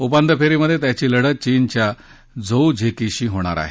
उपान्त्य फेरीत त्याची लढत चीनच्या झोऊ झेकीशी होणार आहे